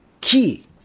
key